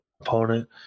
opponent